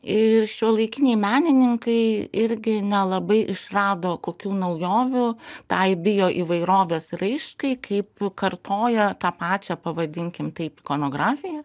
ir šiuolaikiniai menininkai irgi nelabai išrado kokių naujovių tai bioįvairovės raiškai kaip kartoja tą pačią pavadinkim kaip konografija